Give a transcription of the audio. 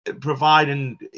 providing